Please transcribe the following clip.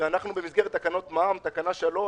ואנחנו במסגרת תקנות מע"מ, תקנה 3,